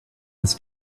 has